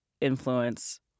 influence